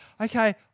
okay